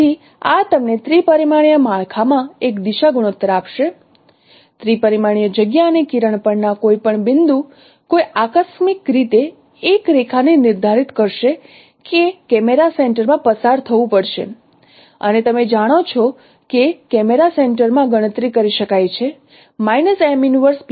તેથી આ તમને 3 પરિમાણીય માળખામાં એક દિશા ગુણોત્તર આપશે 3 પરિમાણીય જગ્યા અને કિરણ પરના કોઈપણ બિંદુ કોઈ આકસ્મિક રીતે એક રેખાને નિર્ધારિત કરશે કે કેમેરા સેન્ટર માં પસાર થવું પડશે અને તમે જાણો છો કે કેમેરા સેન્ટર માં ગણતરી કરી શકાય છે